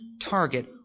target